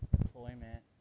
employment